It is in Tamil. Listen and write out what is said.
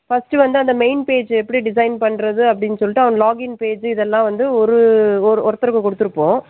ஃபர்ஸ்ட்டு வந்து அந்த மெயின் பேஜ்ஜி எப்படி டிசைன் பண்ணுறது அப்படினு சொல்லிட்டு லாகின் பேஜ்ஜி இதெல்லாம் வந்து ஒரு ஒர்த்தருக்கு கொடுத்துருப்போம்